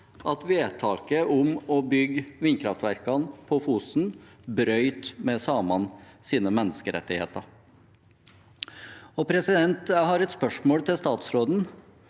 at vedtaket om å bygge vindkraftverkene på Fosen brøt med samenes menneskerettigheter. Jeg har et spørsmål til statsråden,